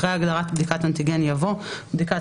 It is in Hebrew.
אחרי הגדרת בדיקת אנטיגן יבוא: "בדיקת